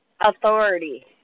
authority